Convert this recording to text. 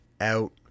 out